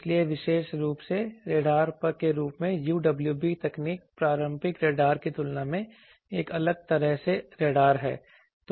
इसलिए विशेष रूप से रडार के रूप में UWB तकनीक पारंपरिक रडार की तुलना में एक अलग तरह के रडार हैं